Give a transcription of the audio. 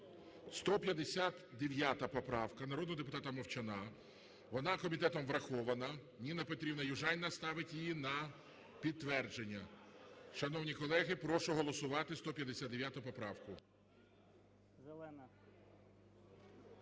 159 поправка народного депутата Мовчана. Вона комітетом врахована. Ніна Петрівна Южаніна ставить її на підтвердження. Шановні колеги, прошу голосувати 159 поправку.